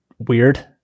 Weird